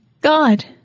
god